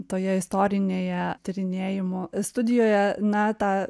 toje istorinėje tyrinėjimų studijoje na tą